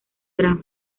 gran